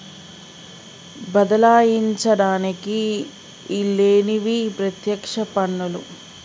బదలాయించడానికి ఈల్లేనివి పత్యక్ష పన్నులు